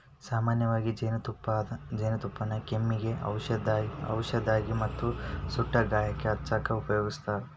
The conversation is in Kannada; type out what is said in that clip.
ಸಾಮನ್ಯವಾಗಿ ಜೇನುತುಪ್ಪಾನ ಕೆಮ್ಮಿಗೆ ಔಷದಾಗಿ ಮತ್ತ ಸುಟ್ಟ ಗಾಯಕ್ಕ ಹಚ್ಚಾಕ ಉಪಯೋಗಸ್ತಾರ